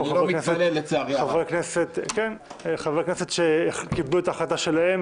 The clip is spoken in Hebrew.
חברי כנסת קיבלו את ההחלטה שלהם